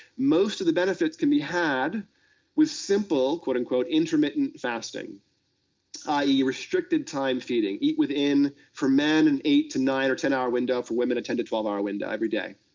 most of the benefits can be had with simple quote, unquote, intermittent fasting i e, restricted time feeding. eat within, for men, an eight to nine or ten hour window, for women, a ten to twelve hour window every day.